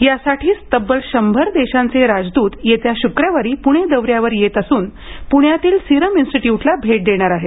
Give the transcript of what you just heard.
यासाठीच तब्बल शंभर देशांचे राजदूत येत्या श्क्रवारी पुणे दौऱ्यावर येत असून पुण्यातील सीरम इन्स्टिट्यूटला भेट देणार आहेत